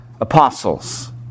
apostles